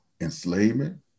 enslavement